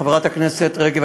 חברת הכנסת רגב,